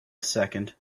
second